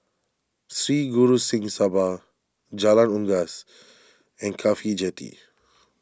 Sri Guru Singh Sabha Jalan Unggas and Cafhi Jetty